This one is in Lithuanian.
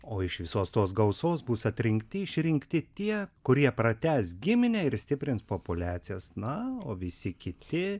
o iš visos tos gausos bus atrinkti išrinkti tie kurie pratęs giminę ir stiprins populiacijas na o visi kiti